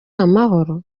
amahoro